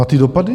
A ty dopady?